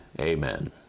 Amen